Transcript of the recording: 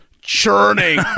churning